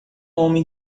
homem